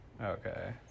Okay